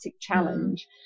challenge